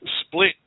split